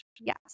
Yes